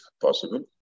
possible